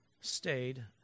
stayed